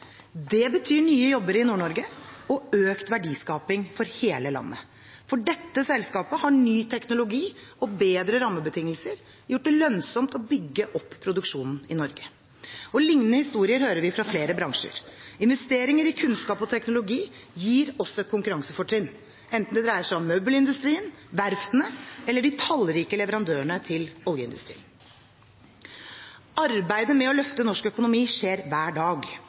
Det betyr nye jobber i Nord-Norge og økt verdiskaping for hele landet. For dette selskapet har ny teknologi og bedre rammebetingelser gjort det lønnsomt å bygge opp produksjonen i Norge. Lignende historier hører vi fra flere bransjer. Investeringer i kunnskap og teknologi gir oss et konkurransefortrinn, enten det dreier seg om møbelindustrien, verftene eller de tallrike leverandørene til oljeindustrien. Arbeidet med å løfte norsk økonomi skjer hver dag